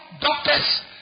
doctors